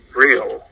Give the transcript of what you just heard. real